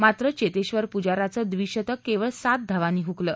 मात्र चेतेबर पुजाराचं द्विशतक केवळ सात धावांनी हुकलं